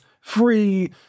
free